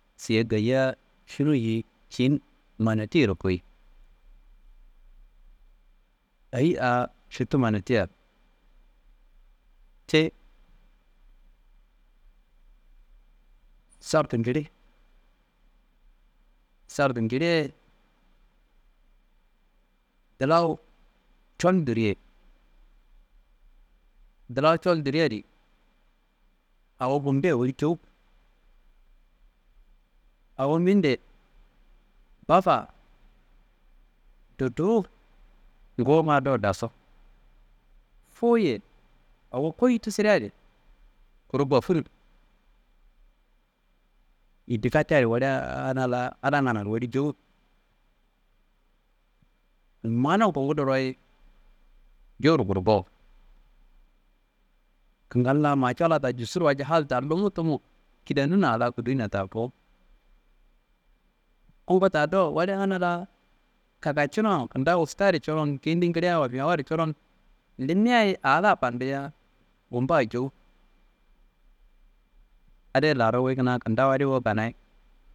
Siye gayia finuyi ye kiyin manti yero koyi. Eyi a fitu manatia ti sartu ngiliye dilawu col diriye. Dilawu col dire adi awo gumbuye woli jowu awo mindeye bafa duduwu nguwunga dowu dasu. Fuye awo kuyitu side adi kuru bafunu yindi katayi wuliana Adamnganaro woli jowu. Mano kungudoreye jowuro gurgowu kingal la ma colla ta jussuro walca has taro lumu tumu kidanun a kudanun a kudiyina ta bo. Onngo ta dowu welana la kakacuno kintawu wuska adi coron kende gilawa mewu adi coron limeaye a la fandiya ngumba jowu ade laro wuyi kina kintawu adi wuka nayi